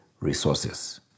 resources